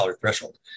threshold